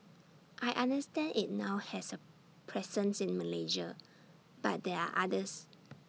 I understand IT now has A presence in Malaysia but there are others